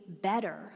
better